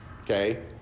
Okay